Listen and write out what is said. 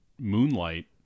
moonlight